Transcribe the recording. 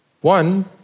One